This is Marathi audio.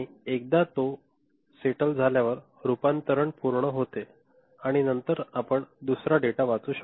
आणि एकदा तो सेटल झाल्यावर रूपांतरण पूर्ण होते आणि नंतर आपण दुसरा डेटा वाचू शकता